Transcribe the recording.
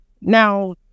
Now